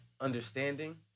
understanding